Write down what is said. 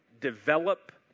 develop